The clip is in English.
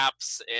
apps